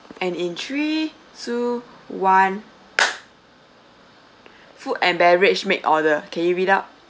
and in three two one food and beverage make order can you read up